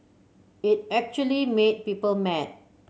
it actually made people mad